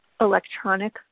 electronic